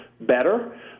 better